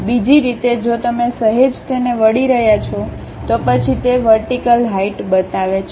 બીજી રીતે જો તમે સહેજ તેને વળી રહ્યા છો તો પછી તે તે વર્ટિકલ હાઈટ બતાવે છે